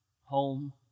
home